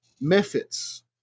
methods